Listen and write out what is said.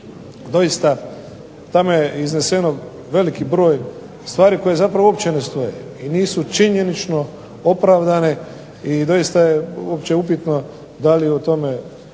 međutim, tamo je izneseno veliki broj stvari koje zapravo ne stoje i nisu činjenično opravdane i doista je upitno da li o tome